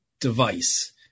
device